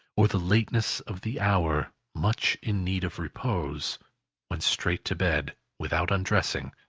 or the lateness of the hour, much in need of repose went straight to bed, without undressing,